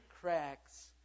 cracks